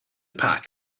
pack